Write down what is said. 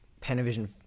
Panavision